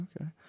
Okay